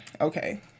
Okay